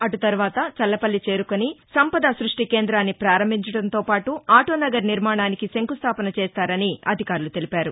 అటు తరువాత చల్లపల్లి చేరుకొని సంపద స్పష్ణి కేంద్రాన్ని ప్రారంభించటంతో పాటు ఆటోనగర్ నిర్మాణానికి శంకుస్థాపన చేస్తారని అధికారులు తెలిపారు